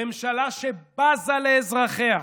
בממשלה שבזה לאזרחיה,